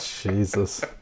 Jesus